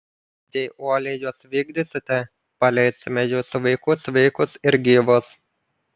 jei uoliai juos vykdysite paleisime jūsų vaikus sveikus ir gyvus